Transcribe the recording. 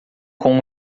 com